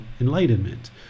enlightenment